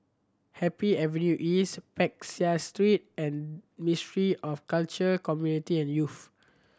Happy Avenue East Peck Seah Street and Ministry of Culture Community and Youth